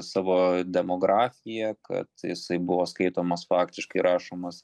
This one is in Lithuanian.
savo demografija kad jisai buvo skaitomas faktiškai rašomas